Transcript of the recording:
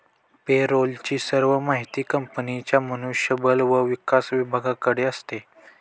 पे role ची सर्व माहिती कंपनीच्या मनुष्य बळ व विकास विभागाकडे असते